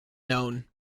known